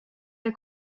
der